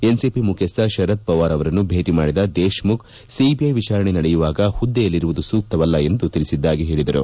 NCP ಮುಖ್ಯಸ್ಥ ಶರದ್ ಪವಾರ್ ಅವರನ್ನು ಭೇಟ ಮಾಡಿದ ದೇಶ್ಮುಖ್ ಸಿಬಿಐ ವಿಚಾರಣೆ ನಡೆಯುವಾಗ ಹುದ್ದೆಯಲ್ಲಿರುವುದು ಸೂಕ್ತವಲ್ಲ ಎಂದು ತಿಳಿಸಿದ್ದಾಗಿ ಹೇಳಿದರು